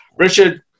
Richard